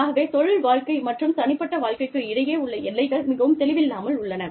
ஆகவே தொழில் வாழ்க்கை மற்றும் தனிப்பட்ட வாழ்க்கைக்கு இடையே உள்ள எல்லைகள் மிகவும் தெளிவில்லாமல் உள்ளன